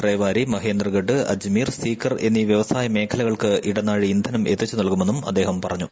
റേവാരി മഹേന്ദർഗഡ് അജ്മീർ സീക്കർ എന്നീ പ്രവ്യവസായ മേഖലകൾക്ക് ഇടനാഴി ഇന്ധനം എത്തിച്ചു നൽകുമെന്നും അദ്ദേഹം പറഞ്ഞു